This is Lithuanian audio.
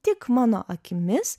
tik mano akimis